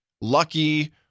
Lucky